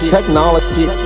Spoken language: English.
Technology